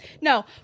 No